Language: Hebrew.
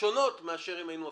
שונות מאשר אילו היינו מפרידים.